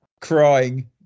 crying